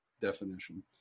definition